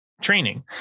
training